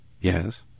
Yes